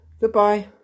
Goodbye